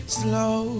slow